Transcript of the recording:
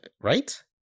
right